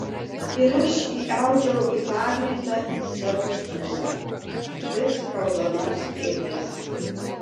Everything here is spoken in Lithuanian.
ir aš įaudžiau į pagrindą savo siūlą virš raudonos eilės